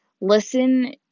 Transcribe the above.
listen